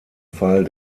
fall